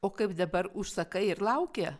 o kaip dabar užsakai ir lauki